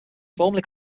formally